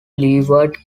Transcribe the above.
leeward